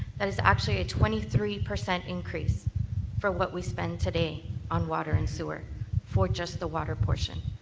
and it's actually a twenty three percent increase for what we spend today on water and sewer for just the water portion.